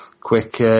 quick